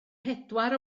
pedwar